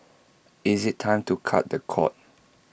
is IT time to cut the cord